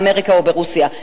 באמריקה או ברוסיה,